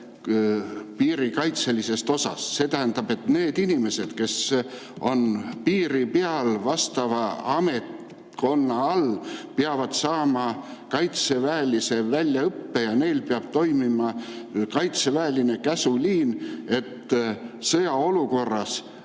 piirikaitselise osa kohta. See tähendab, et need inimesed, kes on piiri peal vastava ametkonna all, peavad saama kaitseväelise väljaõppe ja neil peab toimima kaitseväeline käsuliin, et sõjaolukorras